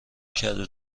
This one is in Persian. کدو